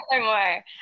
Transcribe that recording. more